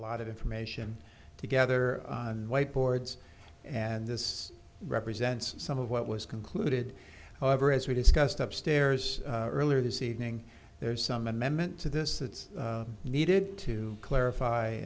lot of information together and whiteboards and this represents some of what was concluded however as we discussed upstairs earlier this evening there is some amendment to this that's needed to clarify